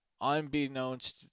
unbeknownst